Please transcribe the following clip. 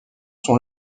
sont